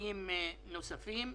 בסיסיים נוספים.